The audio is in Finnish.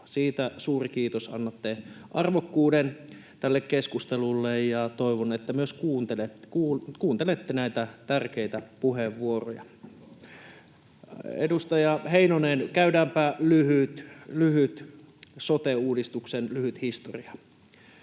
Siitä suuri kiitos. Annatte arvokkuuden tälle keskustelulle, ja toivon, että myös kuuntelette näitä tärkeitä puheenvuoroja. [Timo Heinonen: Totta kai! — Perussuomalaisten ryhmästä: